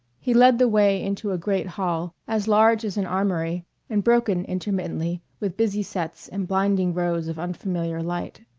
he led the way into a great hall, as large as an armory and broken intermittently with busy sets and blinding rows of unfamiliar light.